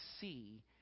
see